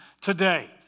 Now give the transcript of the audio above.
today